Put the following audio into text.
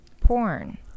porn